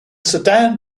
sedan